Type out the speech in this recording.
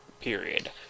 period